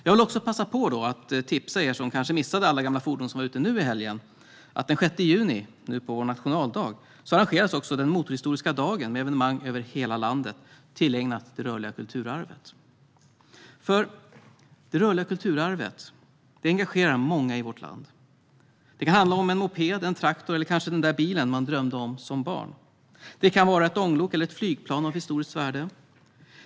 Jag vill också passa på att tipsa er som kanske missade alla gamla fordon som var ute i helgen: Den 6 juni, på vår nationaldag, arrangeras Motorhistoriska dagen, med evenemang över hela landet. Dessa evenemang är tillägnade det rörliga kulturarvet, som engagerar många i vårt land. Det kan handla om en moped, om en traktor eller kanske om den där bilen man drömde om som barn. Det kan vara ett ånglok eller ett flygplan av historiskt värde.